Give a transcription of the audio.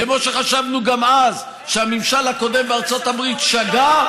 כמו שחשבנו גם אז שהממשל הקודם בארצות הברית שגה,